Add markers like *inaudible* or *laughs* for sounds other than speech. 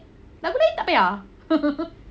lagu lain tak payah *laughs*